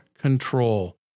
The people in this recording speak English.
control